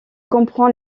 comprend